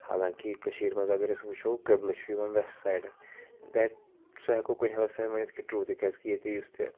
حالانٛکہِ کٔشیٖر مَنٛز اَگَر أسۍ وٕچھو قبلہٕ چھُ یِوان ویسٹ سایڈٕ دیٹ سُہ ہیٚکو کُنہِ حَدَس تانۍ ؤنِتھ کہِ ٹروٗ تہِ کیازِ کہِ ییٚتہِ یُس تہِ